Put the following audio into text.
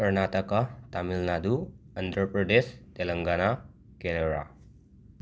Karnataka Tamil Nadu Andhra Pradesh Telangana Kerala